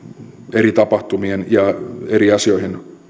eri tapahtumiin ja eri asioihin